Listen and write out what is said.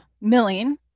milling